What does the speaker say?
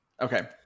Okay